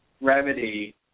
remedy